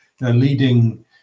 leading